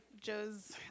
Joe's